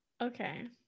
Okay